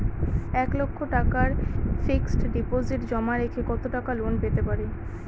এক লক্ষ টাকার fixed deposit জমা রেখে কত টাকা লোন পেতে পারি?